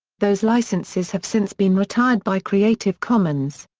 those licenses have since been retired by creative commons.